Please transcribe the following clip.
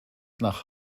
nach